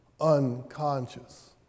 unconscious